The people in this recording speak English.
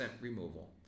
removal